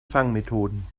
fangmethoden